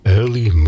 early